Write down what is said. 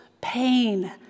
pain